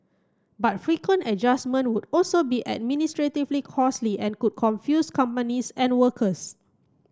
but frequent adjustments would also be administratively costly and could confuse companies and workers